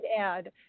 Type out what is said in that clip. add